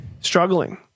struggling